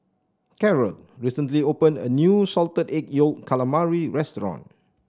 Karol recently opened a new Salted Egg Yolk Calamari restaurant